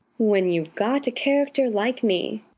when you've got a character like me.